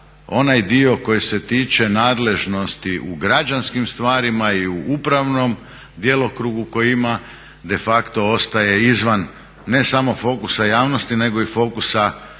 onaj dio koji se tiče nadležnosti u građanskim stvarima i u upravnom djelokrugu koji ima de facto ostaje izvan ne samo fokusa javnosti, nego i fokusa